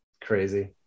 Crazy